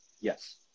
yes